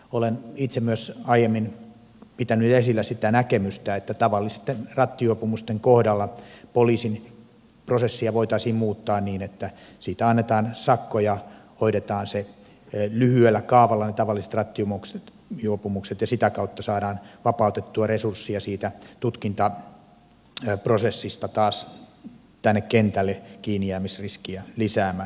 olen itse myös aiemmin pitänyt esillä sitä näkemystä että tavallisten rattijuopumusten kohdalla poliisin prosessia voitaisiin muuttaa niin että siitä annetaan sakkoja hoidetaan se lyhyellä kaavalla ne tavalliset rattijuopumukset ja sitä kautta saadaan vapautettua resurssia siitä tutkintaprosessista taas tänne kentälle kiinnijäämisriskiä lisäämään